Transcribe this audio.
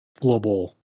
global